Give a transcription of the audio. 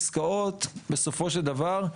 עסקאות, בסופו של דבר,